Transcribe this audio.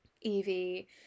Evie